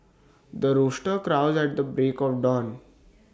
the rooster crows at the break of dawn